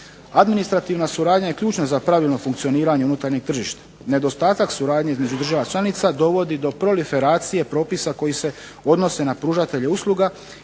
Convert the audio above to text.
Administrativna suradnja je ključna za pravilno funkcioniranje unutarnjeg tržišta. Nedostatak suradnje između država članica dovodi do proliferacije propisa koji se odnose na pružatelje usluga